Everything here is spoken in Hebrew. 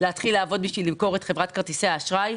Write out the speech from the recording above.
להתחיל לעבוד כדי למכור את חברת כרטיסי האשראי,